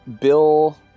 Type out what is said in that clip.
Bill